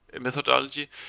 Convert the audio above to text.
methodology